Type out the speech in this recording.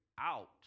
out